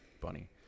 Bunny